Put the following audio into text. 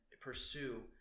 pursue